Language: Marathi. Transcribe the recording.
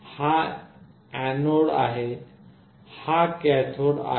हा एनोड आहे आणि हा कॅथोड आहे